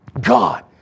God